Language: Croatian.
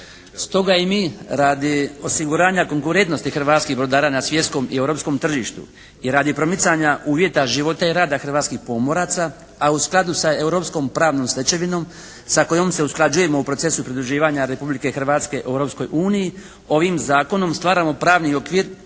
Stoga i mi radi osiguranja konkurentnosti hrvatskih brodara na svjetskom i europskom tržištu i radi promicanja uvjeta života i rada hrvatskih pomoraca, a u skladu sa europskom pravnom stečevinom sa kojom se usklađujemo u procesu pridruživanja Republike Hrvatske Europskoj uniji ovim zakonom stvaramo pravni okvir